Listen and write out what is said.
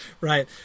right